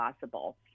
possible